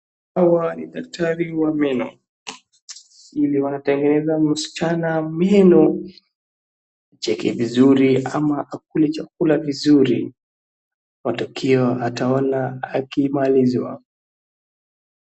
Hawa ni daktari wa meno. Ili wanatengeneza msichana meno, acheke vizuri au akule chakula vizuri. Matokeo ataona akimaliziwa.